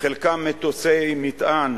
מטוסי מטען,